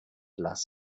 lassen